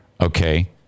Okay